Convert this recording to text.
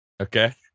Okay